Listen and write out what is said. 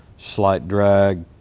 slight drag,